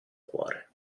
cuore